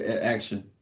action